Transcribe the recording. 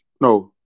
no